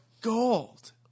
gold